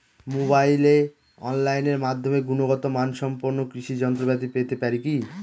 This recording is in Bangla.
মোবাইলে অনলাইনের মাধ্যমে গুণগত মানসম্পন্ন কৃষি যন্ত্রপাতি পেতে পারি কি?